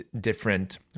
different